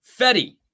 Fetty